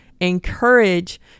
encourage